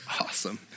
awesome